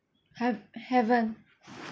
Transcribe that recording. hav~ haven't